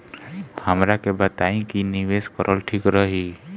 हमरा के बताई की निवेश करल ठीक रही?